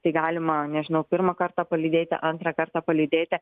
tai galima nežinau pirmą kartą palydėti antrą kartą palydėti